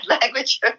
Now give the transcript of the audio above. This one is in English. language